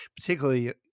particularly